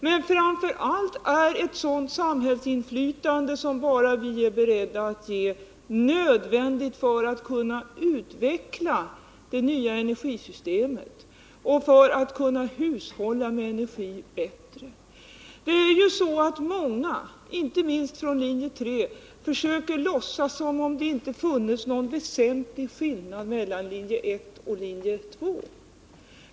Men framför allt är ett sådant samhällsinflytande som bara vi är beredda att ge nödvändigt för att man skall kunna utveckla det nya energisystemet och kunna hushålla med energin bättre. Många, inte minst från linje 3, försöker låtsas som om det inte funnes någon väsentlig skillnad mellan linje 1 och linje 2.